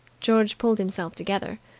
george pulled himself together.